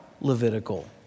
Levitical